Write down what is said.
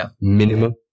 minimum